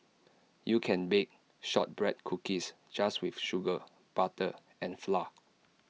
you can bake Shortbread Cookies just with sugar butter and flour